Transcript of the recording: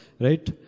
right